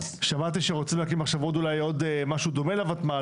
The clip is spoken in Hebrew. שמעתי שרוצים להקים אולי עוד משהו דומה לוותמ"ל,